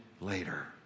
Later